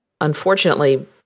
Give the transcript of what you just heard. Unfortunately